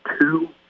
two